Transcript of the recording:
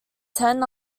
ten